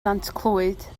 nantclwyd